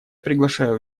приглашаю